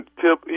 tip